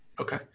Okay